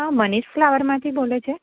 હા મનીષ ફ્લાવરમાંથી બોલે છે